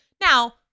now